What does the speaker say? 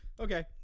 Okay